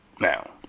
now